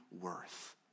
worth